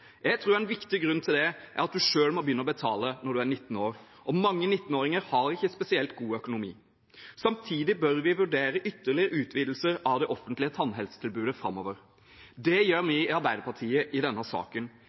Jeg tror en viktig grunn til det er at en selv må begynne å betale når en er 19 år, og mange 19-åringer har ikke spesielt god økonomi. Samtidig bør vi vurdere ytterligere utvidelser av det offentlige tannhelsetilbudet framover. Det gjør vi i Arbeiderpartiet i denne saken.